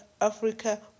Africa